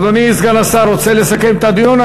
אדוני סגן השר, רוצה לסכם את הדיון?